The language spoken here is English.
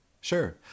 Sure